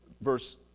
verse